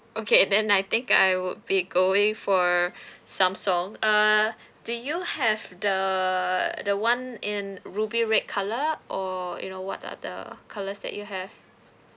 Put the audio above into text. okay then I think I would be going for samsung err do you have the the one in ruby red colour or you know what are the colours that you have